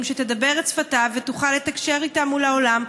שתדבר את שפתה ותוכל לתקשר איתה מול העולם,